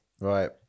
right